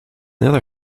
other